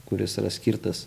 kuris yra skirtas